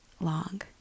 long